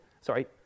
sorry